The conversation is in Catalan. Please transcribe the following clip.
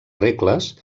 regles